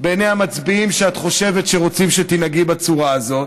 בעיני המצביעים שאת חושבת שרוצים שתנהגי בצורה הזאת,